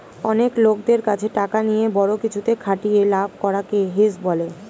অনেক লোকদের কাছে টাকা নিয়ে বড়ো কিছুতে খাটিয়ে লাভ করা কে হেজ বলে